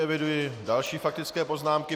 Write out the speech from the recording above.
Eviduji další faktické poznámky.